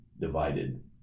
divided